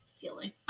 feeling